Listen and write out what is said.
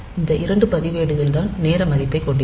இந்த இரண்டு பதிவேடுகள் தான் நேர மதிப்பைக் கொண்டிருக்கும்